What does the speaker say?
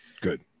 Good